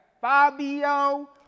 Fabio